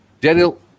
Daniel